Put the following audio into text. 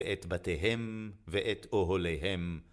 ואת בתיהם ואת אוהוליהם.